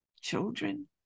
children